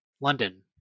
london